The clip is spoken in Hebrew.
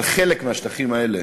על חלק מהשטחים האלה